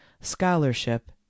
scholarship